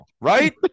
right